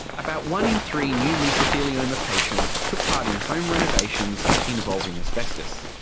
about one in three new mesothelioma patients took part in home renovations involving asbestos.